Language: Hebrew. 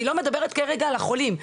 אני לא מדברת כרגע על החולים,